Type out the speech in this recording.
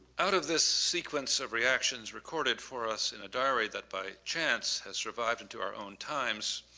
out of this sequence of reactions recorded for us in a diary that by chance has survived into our own times,